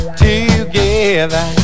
together